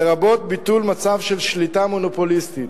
לרבות ביטול מצב של שליטה מונופוליסטית.